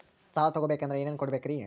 ಸಾಲ ತೊಗೋಬೇಕಂದ್ರ ಏನೇನ್ ಕೊಡಬೇಕ್ರಿ?